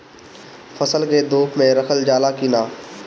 फसल के धुप मे रखल जाला कि न?